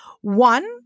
One